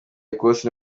ecosse